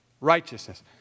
Righteousness